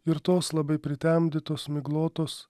ir tos labai pritemdytos miglotos